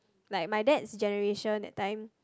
like my dad's generation that time